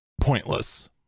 pointless